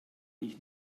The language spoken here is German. ich